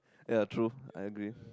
ya true I agree